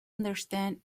understand